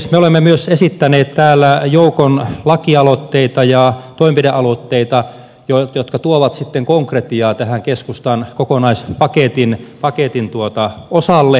me olemme myös esittäneet täällä joukon lakialoitteita ja toimenpidealoitteita jotka tuovat sitten konkretiaa tähän keskustan kokonaispaketin osalle